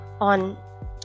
on